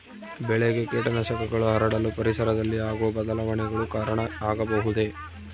ಬೆಳೆಗೆ ಕೇಟನಾಶಕಗಳು ಹರಡಲು ಪರಿಸರದಲ್ಲಿ ಆಗುವ ಬದಲಾವಣೆಗಳು ಕಾರಣ ಆಗಬಹುದೇ?